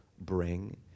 bring